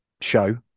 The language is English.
show